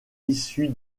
issu